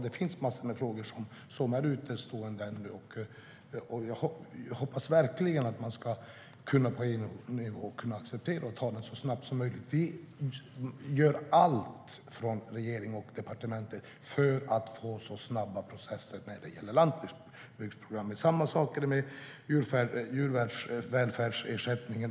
Det finns massor av frågor som ännu är utestående. Jag hoppas verkligen att man kan lösa dem så snabbt som möjligt. Vi gör allt från regeringen och departementet för att få snabba processer när det gäller landsbygdsprogrammet. Samma sak är det med djurvälfärdsersättningen.